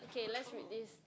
okay let's read this